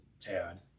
tad